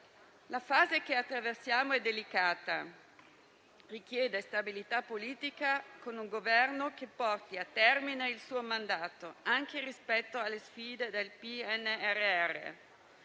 La fase che attraversiamo è delicata: richiede stabilità politica con un Governo che porti a termine il suo mandato, anche rispetto alle sfide del Piano